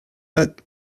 that